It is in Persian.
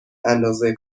اندازه